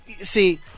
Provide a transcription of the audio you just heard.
See